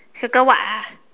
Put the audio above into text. circle what ah